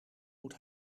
moet